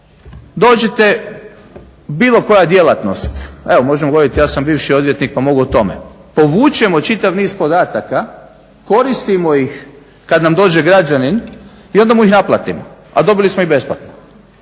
dođete bilo koja djelatnost, evo možemo govoriti ja sam bivši odvjetnik pa mogu o tome, povučemo čitav niz podataka, koristimo ih kad nam dođe građanin i onda mu ih naplatimo a dobili smo ih besplatno.